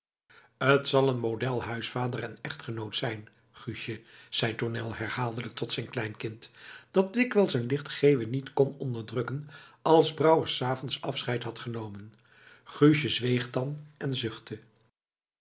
t zal een model huisvader en echtgenoot zijn guustje zei tournel herhaaldelijk tot zijn kleinkind dat dikwijls een licht geeuwen niet kon onderdrukken als brouwer s avonds afscheid had genomen guustje zweeg dan en zuchtte